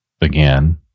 again